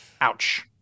Ouch